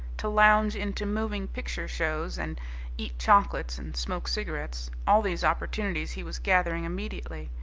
to lounge into moving-picture shows and eat chocolates and smoke cigarettes all these opportunities he was gathering immediately.